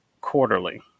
quarterly